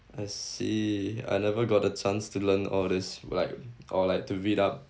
I see I never got the chance to learn all this like or like to read up